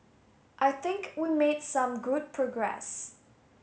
I think we made some good progress